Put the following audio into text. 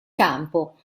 campo